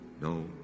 no